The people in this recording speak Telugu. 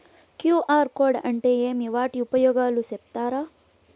క్యు.ఆర్ కోడ్ అంటే ఏమి వాటి ఉపయోగాలు సెప్తారా?